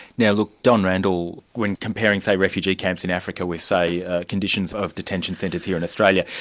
now look, don randall, when comparing say refugee camps in africa, with say conditions of detention centres here in australia,